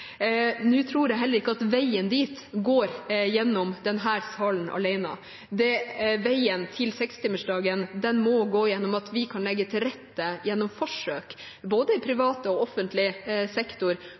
Nå tror jeg heller ikke at veien dit går gjennom denne salen alene. Veien til 6-timersdagen må gå gjennom at vi kan legge til rette gjennom forsøk, i både privat og offentlig sektor,